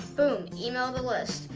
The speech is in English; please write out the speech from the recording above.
boom! email that list,